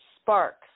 Sparks